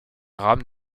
rames